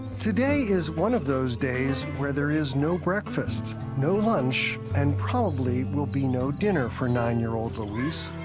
today is one of those days where there is no breakfast, no lunch, and probably will be no dinner for nine-year-old luis.